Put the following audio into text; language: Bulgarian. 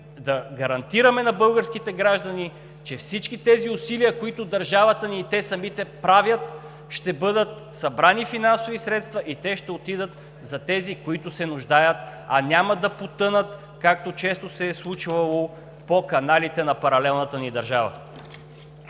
да гарантираме на българските граждани, че всички тези усилия, които държавата ни и те самите правят да бъдат събрани финансови средства, ще отидат за тези, които се нуждаят, а няма да потънат, както често се е случвало, по каналите на паралелната ни държава.